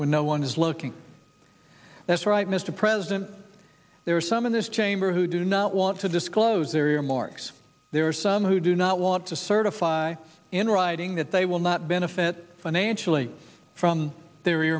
when no one is looking that's right mr president there are some in this chamber who do not want to disclose their earmarks there are some who do not want to certify in writing that they will not benefit financially from the